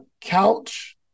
couch